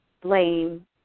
blame